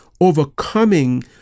overcoming